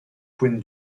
points